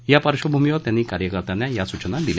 या पार्शवभूमीवर त्यांनी कार्यकर्त्यांना या सुचना दिल्या